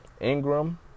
Ingram